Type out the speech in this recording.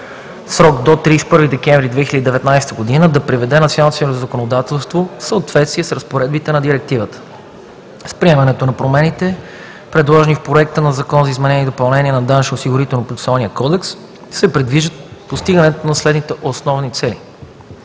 срок до 31 декември 2019 г. да приведе националното си законодателство в съответствие с разпоредбите на Директивата. С приемането на промените, предложени в Проекта на закон за изменение и допълнение на Данъчно-осигурителния процесуален кодекс се предвижда постигането на следните основни цели: